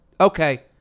okay